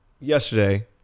Yesterday